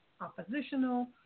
oppositional